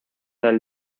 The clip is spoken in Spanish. del